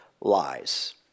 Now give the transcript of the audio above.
lies